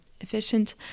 efficient